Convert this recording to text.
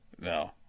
No